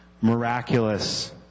miraculous